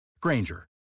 Granger